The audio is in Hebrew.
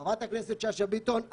חברת הכנסת שאשא ביטון,